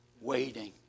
waiting